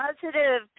positive